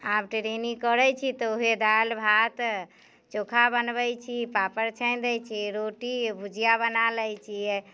आब ट्रेनिंग करैत छी तऽ उएह दालि भात चोखा बनबैत छी पापड़ छानि दैत छियै रोटी भुजिया बना लैत छियै